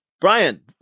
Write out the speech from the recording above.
Brian